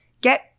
get